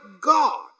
God